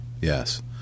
yes